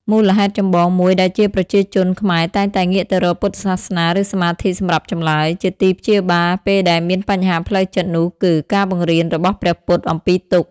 មូលហេតុចម្បងមួយដែរជាប្រជាជនខ្មែរ តែងតែ ងាកទៅរកពុទ្ធសាសនាឬសមាធិសម្រាប់ចម្លើយ ជាទីព្យាបាលពេលដែលមានបញ្ហាផ្លូវចិត្តនោះគឺ ការបង្រៀនរបស់ព្រះពុទ្ធអំពីទុក្ខ ។